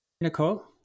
Nicole